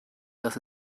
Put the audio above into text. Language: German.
das